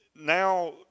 now